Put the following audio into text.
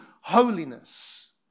holiness